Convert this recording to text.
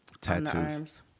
Tattoos